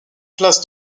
place